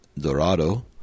Dorado